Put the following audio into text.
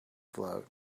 float